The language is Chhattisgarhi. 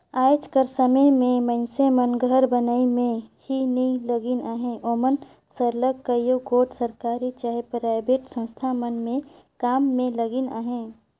आएज कर समे में मइनसे मन घर बनई में ही नी लगिन अहें ओमन सरलग कइयो गोट सरकारी चहे पराइबेट संस्था मन में काम में लगिन अहें